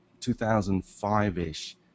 2005-ish